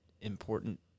important